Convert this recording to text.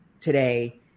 today